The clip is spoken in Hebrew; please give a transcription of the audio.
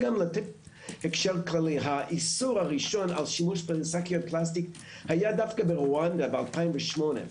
הקשר כללי האיסור הראשון של שימוש בפלסטיק היה דווקא ברואנדה ב-2008.